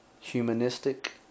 humanistic